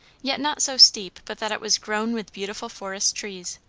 yet not so steep but that it was grown with beautiful forest trees.